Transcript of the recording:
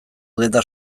denda